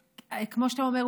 כמו שאתה אומר,